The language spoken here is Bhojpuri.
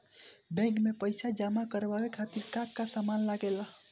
बैंक में पईसा जमा करवाये खातिर का का सामान लगेला?